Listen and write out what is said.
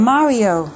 Mario